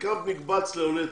ניקח מקבץ לעולי אתיופיה,